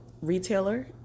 retailer